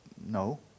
no